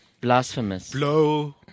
Blasphemous